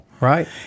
Right